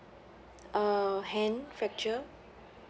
uh hand fracture